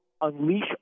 unleash